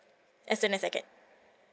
as soon as I can